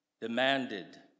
demanded